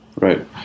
Right